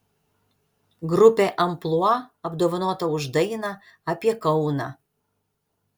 grupė amplua apdovanota už dainą apie kauną